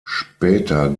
später